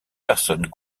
personnes